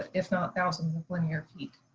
if not thousands of linear feet.